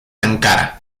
ankara